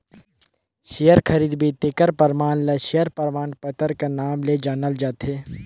share खरीदबे तेखर परमान ल सेयर परमान पतर कर नांव ले जानल जाथे